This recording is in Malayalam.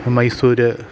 മൈസൂര്